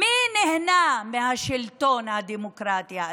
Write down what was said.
מי נהנה מהשלטון הדמוקרטי הזה?